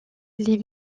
les